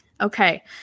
Okay